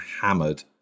hammered